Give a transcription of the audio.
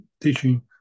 teaching